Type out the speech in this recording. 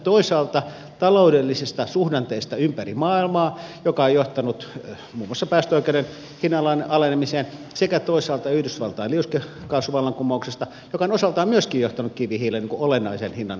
toisaalta taloudellisista suhdanteista ympäri maailmaa jotka ovat johtaneet muun muassa päästöoikeuden hinnan alenemiseen sekä toisaalta yhdysvaltain liuskekaasuvallankumouksesta joka on osaltaan myöskin johtanut kivihiilen olennaisen hinnan alenemiseen